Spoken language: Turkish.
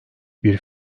bir